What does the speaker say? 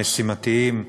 של הגרעינים המשימתיים,